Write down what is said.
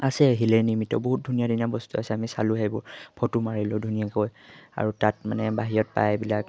আছে শিলেৰে নিৰ্মিত বহুত ধুনীয়া ধুনীয়া বস্তু আছে আমি চালোঁ সেইবোৰ ফটো মাৰিলোঁ ধুনীয়াকৈ আৰু তাত মানে বাহিৰত পায় এইবিলাক